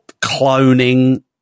cloning